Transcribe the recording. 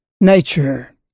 nature